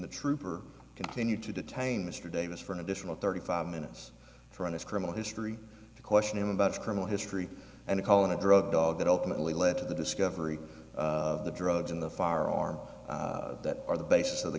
the trooper continued to detain mr davis for an additional thirty five minutes trying his criminal history to question him about criminal history and call in a drug dog that ultimately led to the discovery of the drugs in the firearm that are the basis of the